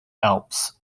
alps